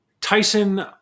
Tyson